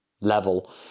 level